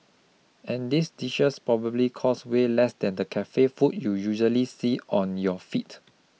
and these dishes probably cost way less than the cafe food you usually see on your feet